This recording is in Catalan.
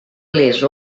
les